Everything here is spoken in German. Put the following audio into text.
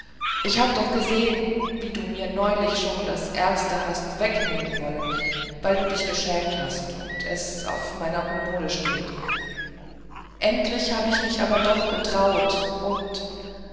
ich hab doch gesehen daß du mir neulich schon das erste hast wegnehmen wollen weil du dich geschämt hast daß es auf meiner kommode steht endlich hab ich mich aber doch hergetraut und